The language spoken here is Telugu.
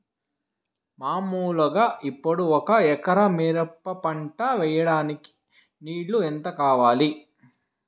మామూలుగా ఇప్పుడు ఒక ఎకరా మిరప పంట వేయడానికి నీళ్లు ఎంత కావాలి?